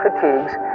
fatigues